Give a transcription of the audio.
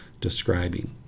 describing